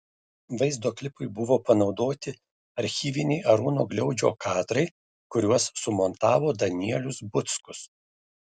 vaizdo klipui buvo panaudoti archyviniai arūno gliaudžio kadrai kuriuos sumontavo danielius buckus